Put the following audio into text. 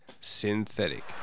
synthetic